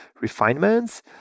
refinements